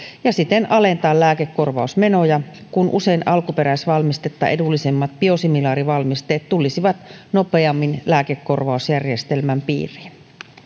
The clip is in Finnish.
ja siten alentaa lääkekorvausmenoja kun usein alkuperäisvalmistetta edullisemmat biosimilaarivalmisteet tulisivat nopeammin lääkekorvausjärjestelmän piiriin